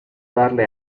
darle